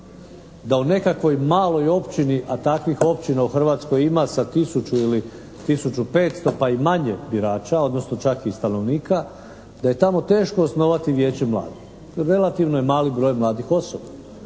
da u nekakvoj maloj općini, a takvih općina u Hrvatskoj ima sa 1000 ili 1500 pa i manje birača odnosno čak i stanovnika, da je tamo teško osnovati Vijeće mladih. Relativno je mali broj mladih osoba.